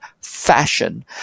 fashion